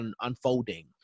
unfolding